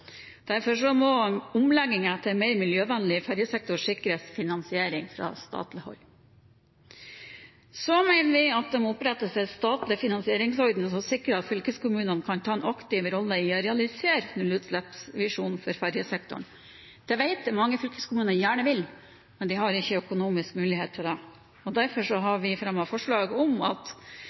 Derfor må omleggingen til mer miljøvennlig ferjesektor sikres finansiering fra statlig hold. Så mener vi det må opprettes en statlig finansieringsordning som sikrer at fylkeskommunene kan ta en aktiv rolle i å realisere nullutslippsvisjonen for ferjesektoren. Det vet jeg mange fylkeskommuner gjerne vil, men de har ikke økonomisk mulighet til det. Derfor har vi fremmet følgende forslag: